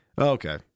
Okay